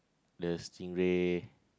the stingray